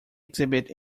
exhibit